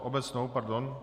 Obecnou, pardon.